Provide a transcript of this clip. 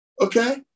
Okay